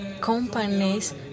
companies